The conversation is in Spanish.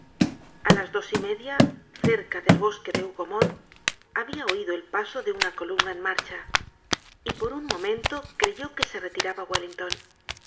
a las dos y media cerca del bosque de hougomont habia oido el paso de una columna en marcha y por un momento creyó que se retiraba wellington